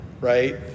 right